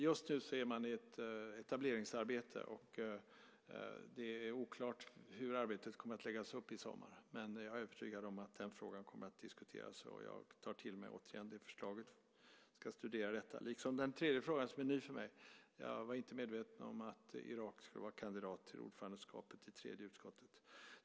Just nu är man i ett etableringsarbete, och det är oklart hur arbetet i sommar kommer att läggas upp. Jag är dock övertygad om att frågan kommer att diskuteras. Den tredje frågan var ny för mig. Jag var inte medveten om att Irak skulle vara kandidat till ordförandeskapet i tredje utskottet.